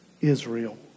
Israel